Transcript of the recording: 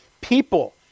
people